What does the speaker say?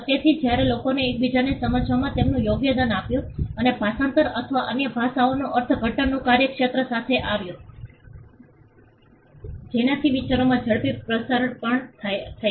તેથી જ્યારે લોકોએ એકબીજાને સમજવામાં તેમનું યોગદાન આપ્યું અને ભાષાંતર અથવા અન્ય ભાષાઓના અર્થઘટનનું આખું ક્ષેત્ર સામે આવ્યું જેનાથી વિચારોના ઝડપી પ્રસાર પણ થયા